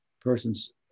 persons